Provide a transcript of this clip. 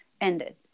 ended